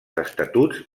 estatuts